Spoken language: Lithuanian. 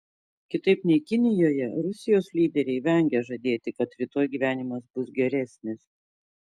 kitaip nei kinijoje rusijos lyderiai vengia žadėti kad rytoj gyvenimas bus geresnis